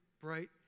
bright